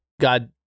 God